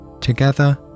Together